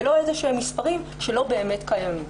ולא מספרים שלא באמת קיימים.